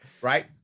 Right